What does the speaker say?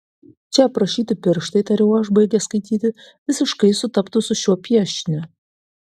čia aprašyti pirštai tariau aš baigęs skaityti visiškai sutaptų su šiuo piešiniu